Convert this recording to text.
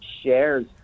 shares